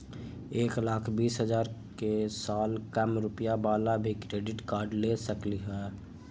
एक लाख बीस हजार के साल कम रुपयावाला भी क्रेडिट कार्ड ले सकली ह?